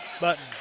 Button